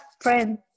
friends